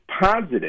positive